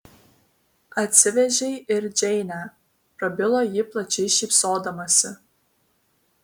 atsivežei ir džeinę prabilo ji plačiai šypsodamasi